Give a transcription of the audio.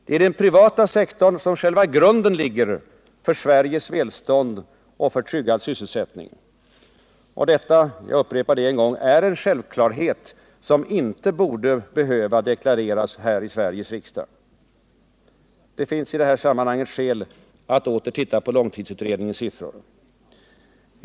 Det är i den privata sektorn som själva grunden ligger för Sveriges välstånd och för tryggad sysselsättning. Detta — jag upprepar det än en gång — är en självklarhet som inte borde behöva deklareras här i Sveriges riksdag. Det finns i detta sammanhang skäl att åter titta på långtidsutredningens siffror.